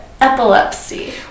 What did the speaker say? epilepsy